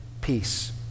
peace